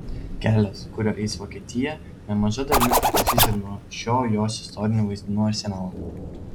kelias kuriuo eis vokietija nemaža dalimi priklausys ir nuo šio jos istorinių vaizdinių arsenalo